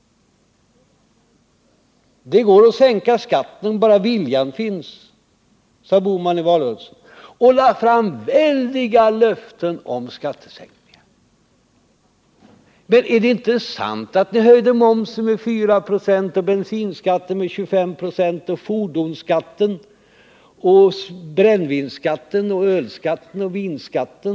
Det går att sänka skatten bara viljan finns, sade Gösta Bohman i valrörelsen och gav löften om väldiga skattesänkningar. Men är det inte så att ni höjde momsen med 4 96 och bensinskatten med 25 öre? Höjde ni inte fordonsskatten och skatten på sprit, vin och öl? Införde ni inte charterskatten?